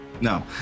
No